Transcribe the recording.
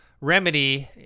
Remedy